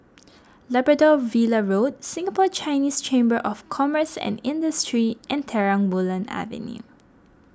Labrador Villa Road Singapore Chinese Chamber of Commerce and Industry and Terang Bulan Avenue